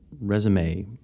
resume –